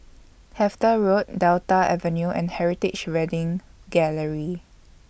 Hertford Road Delta Avenue and Heritage Wedding Gallery